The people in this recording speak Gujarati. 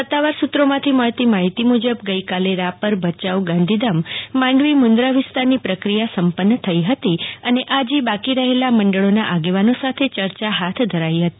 સત્તાવાર સુત્રોમાંથી મળતી માહિતી મુજબ ગઈકાલે રાપર ભચાઉ ગાંધીધામ માંડવી મુન્દ્રા વિસ્તારની પ્રક્રિયા સંપન્ન થઇ હતી અને આજે બાકી રહેલ મંડળીના આગેવાનો સાથે યર્ચા હાથ ધરાઈ હતી